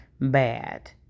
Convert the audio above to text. bad